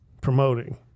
promoting